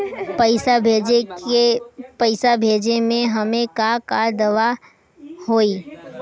पैसा भेजे में हमे का का देवे के होई?